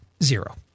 Zero